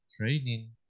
training